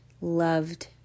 loved